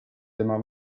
tema